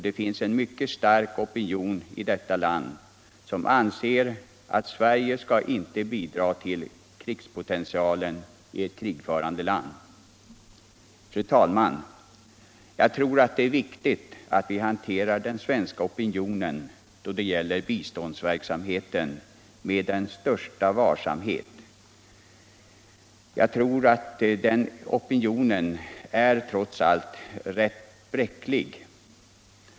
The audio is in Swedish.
Det finns en mycket stark opinion i detta land, som anser att Sverige inte skall bidra till krigspoientialen i ev krigförande land. Fru talman! Jag tror att det är viktigt att vi hanterar den svenska opinionen då det gäller biståndsverksamheten med den största varsamhet. Jag tror att den opinionen trots allt är rätt bräcklig.